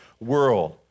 world